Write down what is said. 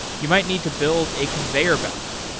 you might need to build a conveyor belt,